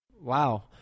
Wow